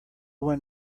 one